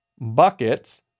buckets